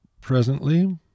presently